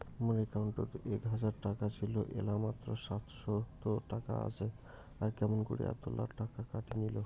মোর একাউন্টত এক হাজার টাকা ছিল এলা মাত্র সাতশত টাকা আসে আর কেমন করি এতলা টাকা কাটি নিল?